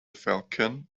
falcon